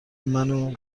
منو